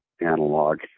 analog